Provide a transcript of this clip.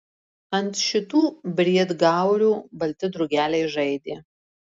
ant šitų briedgaurių balti drugeliai žaidė